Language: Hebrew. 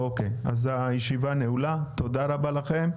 אוקיי אז הישיבה נעולה תודה רבה לכם,